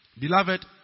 Beloved